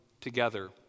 together